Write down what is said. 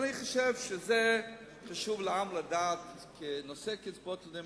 אני חושב שחשוב לעם לדעת שבנושא קצבאות הילדים,